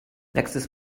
nächstes